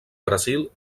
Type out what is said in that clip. brasil